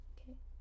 Okay